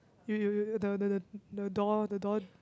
you you you you the the the the door the door